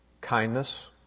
kindness